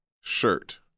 shirt